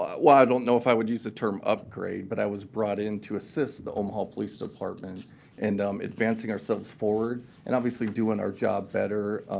well, i don't know if i would use the term upgrade, but i was brought in to assist the omaha police department and advancing ourselves forward, and obviously, doing our job better.